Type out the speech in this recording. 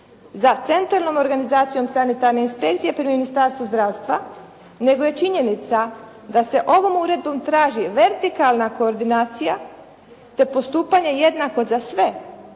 za centralnom organizacijom sanitarne inspekcije pri Ministarstvu zdravstva nego je činjenica da se ovom uredbom traži vertikalna koordinacije te postupanje jednako za sve